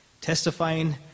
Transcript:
Testifying